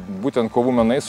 būtent kovų menais